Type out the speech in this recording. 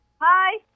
Hi